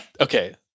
Okay